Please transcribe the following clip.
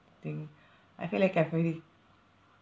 thing I feel like I've already